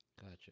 Gotcha